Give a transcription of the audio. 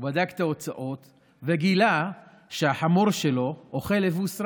הוא בדק את ההוצאות וגילה שהחמור שלו אוכל אבוס רב.